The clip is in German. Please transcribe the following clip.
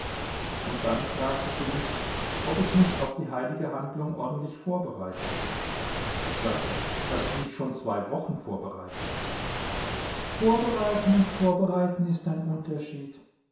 und dann fragte sie mich ob ich mich auf die heilige handlung ordentlich vorbereite ich sagte daß ich mich schon zwei wochen vorbereite vorbereiten und vorbereiten ist ein unterschied